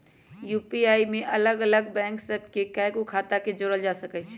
UPI में अलग अलग बैंक सभ के कएगो खता के जोड़ल जा सकइ छै